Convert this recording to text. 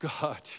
God